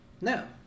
No